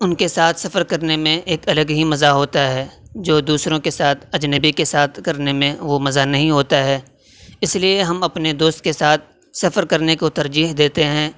ان کے ساتھ سفر کرنے میں ایک الگ ہی مزہ ہوتا ہے جو دوسروں کے ساتھ اجنبی کے ساتھ کرنے میں وہ مزہ نہیں ہوتا ہے اس لیے ہم اپنے دوست کے ساتھ سفر کرنے کو ترجیح دیتے ہیں